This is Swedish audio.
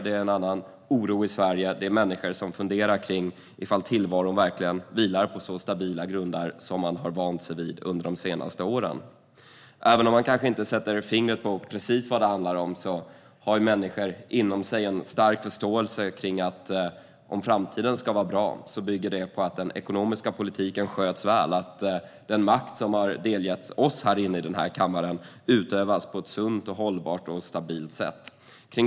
Det är en annan oro i Sverige. Människor funderar kring ifall tillvaron verkligen vilar på så stabila grunder som man har vant sig vid under de senaste åren. Även om människor kanske inte sätter fingret på precis vad det handlar om har de inom sig en stark förståelse för att om framtiden ska vara bra bygger det på att den ekonomiska politiken sköts väl och att den makt som har getts oss inne i den här kammaren utövas på ett sunt, hållbart och stabilt sätt.